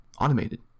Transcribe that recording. automated